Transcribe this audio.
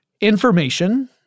information